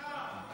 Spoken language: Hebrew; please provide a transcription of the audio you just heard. אז עכשיו,